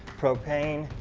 propane.